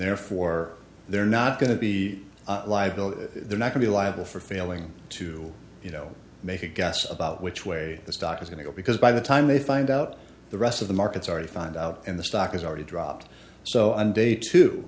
therefore they're not going to be liable if they're not to be liable for failing to you know make a guess about which way the stock is going to go because by the time they find out the rest of the market's already found out in the stock has already dropped so on day t